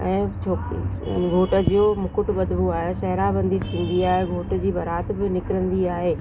ऐं छो घोट जो मुकुट बधिॿो आहे सेहरा बंधी थींदी आहे घोट जी बारात ब निकिरंदी आहे